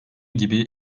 gibi